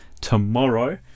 tomorrow